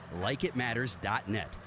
LikeItMatters.net